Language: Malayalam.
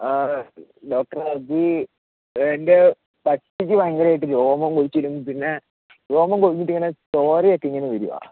അ ഡോക്ടർ അജി എൻ്റെ പട്ടിക്ക് ഭയങ്കരമായിട്ട് രോമം കൊഴിച്ചിലും പിന്നെ രോമം കൊഴിഞ്ഞിട്ട് ഇങ്ങനെ ചോരയൊക്കെ വരികയാണ്